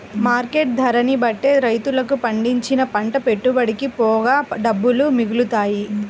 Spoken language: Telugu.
మార్కెట్ ధరని బట్టే రైతులకు పండించిన పంట పెట్టుబడికి పోగా డబ్బులు మిగులుతాయి